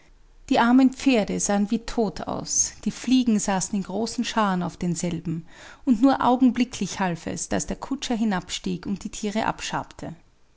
die armen pferde sahen wie tot aus die fliegen saßen in großen scharen auf denselben und nur augenblicklich half es daß der kutscher hinabstieg und die tiere abschabte